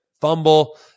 fumble